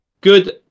good